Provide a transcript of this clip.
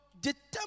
determine